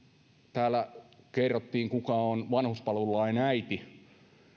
täällä kerrottiin kuka on vanhuspalvelulain äiti